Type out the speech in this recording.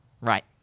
Right